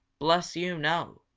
bless you, no!